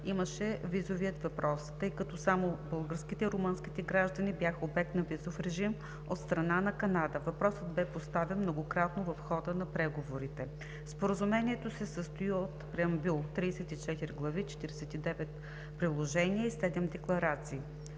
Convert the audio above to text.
имаше визовият въпрос, тъй като само българските и румънските граждани бяха обект на визов режим от страна на Канада. Въпросът бе поставян многократно в хода на преговорите. Споразумението се състои от преамбюл, 34 глави, 49 приложения и 7 декларации.